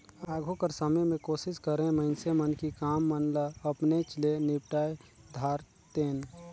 आघु कर समे में कोसिस करें मइनसे मन कि काम मन ल अपनेच ले निपटाए धारतेन